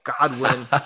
Godwin